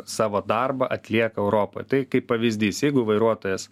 savo darbą atlieka europoje tai kaip pavyzdys jeigu vairuotojas